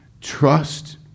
Trust